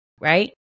right